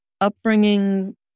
upbringing